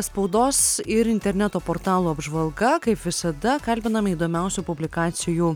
spaudos ir interneto portalų apžvalga kaip visada kalbiname įdomiausių publikacijų